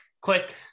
click